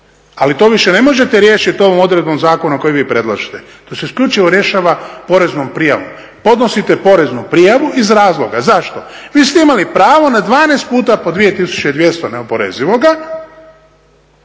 ali to više ne možete riješiti ovom odredbom zakona koju vi predlažete, to se isključivo rješava poreznom prijavom, podnosite poreznu prijavu iz razloga, zašto? Vi ste imali pravo na 12 puta po 2200 neoporezivoga,